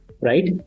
right